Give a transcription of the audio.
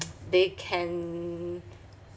they can